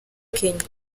kenya